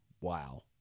wow